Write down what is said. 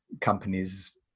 companies